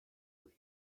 fleas